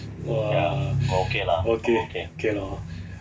!wah! okay K lor